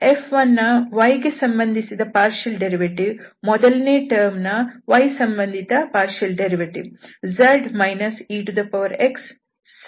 F1 ನ y ಸಂಬಂಧಿತ ಭಾಗಶಃ ಉತ್ಪನ್ನ ಮೊದಲನೆಯ ಟರ್ಮ್ ನ y ಸಂಬಂಧಿತ ಭಾಗಶಃ ಉತ್ಪನ್ನ z exsin y ಸಿಗುತ್ತದೆ